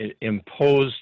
imposed